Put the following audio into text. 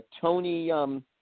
Tony –